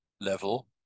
level